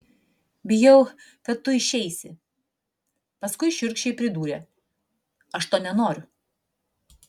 bijau kad tu išeisi paskui šiurkščiai pridūrė aš to nenoriu